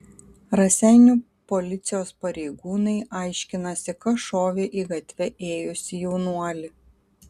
raseinių policijos pareigūnai aiškinasi kas šovė į gatve ėjusį jaunuolį